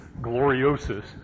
gloriosus